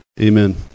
amen